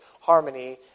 harmony